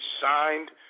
signed